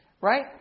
Right